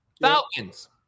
Falcons